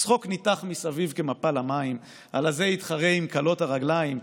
// צחוק ניתך מסביב כמפל המים: / הלזה יתחרה עם קלות הרגליים?